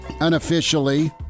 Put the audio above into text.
unofficially